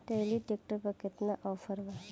Trolley tractor पर केतना offer बा?